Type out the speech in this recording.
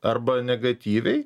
arba negatyviai